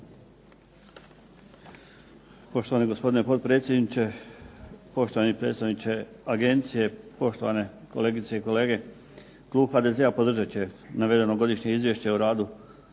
Poštovani gospodine potpredsjedniče, poštovani predstavniče agencije, poštovane kolegice i kolege. Klub HDZ-a podržat će navedeno godišnje Izvješće o radu